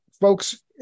folks